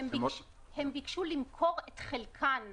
הם ביקשו למכור את חלקם בגז,